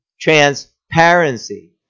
transparency